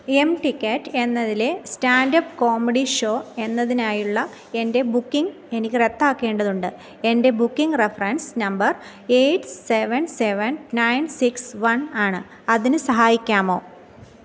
M ticket എന്നതിലെ stand up comedy show എന്നതിനായുള്ള എൻ്റെ ബുക്കിംഗ് എനിക്ക് റദ്ദാക്കേണ്ടതുണ്ട് എൻ്റെ booking reference number eight seven seven nine six one ആണ് അതിന് സഹായിക്കാമോ